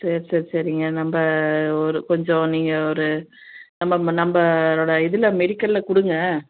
சரி சரி சரிங்க நம்ம ஒரு கொஞ்சம் நீங்கள் ஒரு நம்ம நம்மளோட இதில் மெடிக்கலில் கொடுங்க